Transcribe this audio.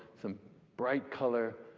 some bright color,